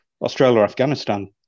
Australia-Afghanistan